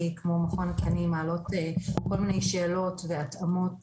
כמו מכון התקנים מעלות כל מיני שאלות והתאמות